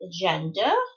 agenda